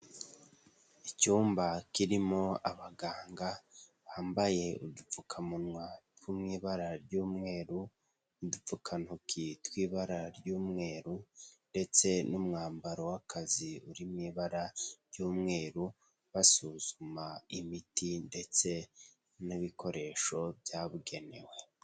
Icyumba kirimo abaganga bambaye udupfukamunwa two mu ibara ry'umweru n'udupfukantoki tw'ibara ry'umweru ndetse n'umwambaro w'akazi uri mu ibara ry'umweru basuzuma imiti ndetse n'ibikoresho byabugenewe.